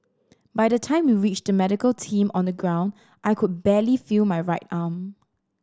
by the time we reached the medical team on the ground I could barely feel my right arm